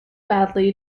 badly